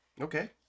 Okay